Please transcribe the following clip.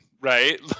right